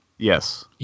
Yes